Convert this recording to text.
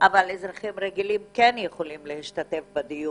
אבל אזרחים רגילים כן יכולים להשתתף בדיון.